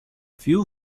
few